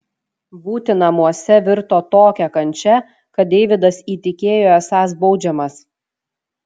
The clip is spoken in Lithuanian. būti namuose virto tokia kančia kad deividas įtikėjo esąs baudžiamas